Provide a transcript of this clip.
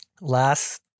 last